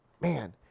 Man